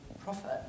profit